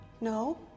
No